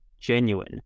genuine